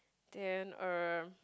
then err